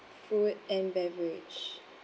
food and beverage